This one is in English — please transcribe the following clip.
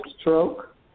stroke